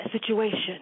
situation